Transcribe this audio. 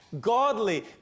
Godly